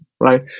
right